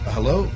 Hello